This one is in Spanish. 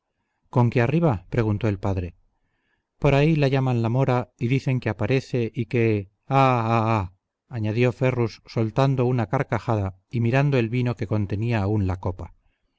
conque arriba preguntó el padre por ahí la llaman la mora y dicen que aparece y que ah ah ah añadió ferrus soltando una carcajada y mirando el vino que contenía aun la copa